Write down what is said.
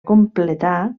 completar